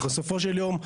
בסופו של יום,